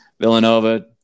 Villanova